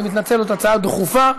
אני מתנצל, זאת הצעה דחופה,